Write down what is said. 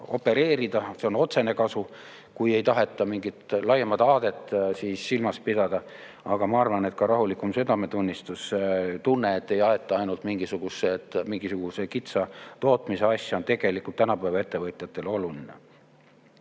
opereerida. See on otsene kasu, kui ei taheta mingit laiemat aadet silmas pidada. Aga ma arvan, et ka rahulikum südametunnistus, tunne, et ei aeta ainult mingisuguse kitsa tootmise asja, on tegelikult tänapäeva ettevõtjatele oluline.